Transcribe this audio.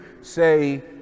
say